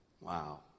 Wow